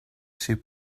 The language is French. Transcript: chez